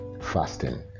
fasting